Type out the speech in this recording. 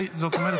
זאת אומרת,